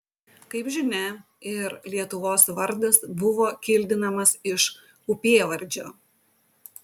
kaip žinia ir lietuvos vardas buvo kildinamas iš upėvardžio